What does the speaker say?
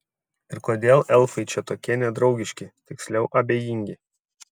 ir kodėl elfai čia tokie nedraugiški tiksliau abejingi